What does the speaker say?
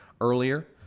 earlier